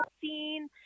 scene